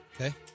Okay